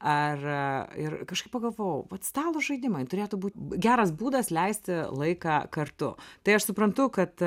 ar ir kažkaip pagalvojau vat stalo žaidimai turėtų būt geras būdas leisti laiką kartu tai aš suprantu kad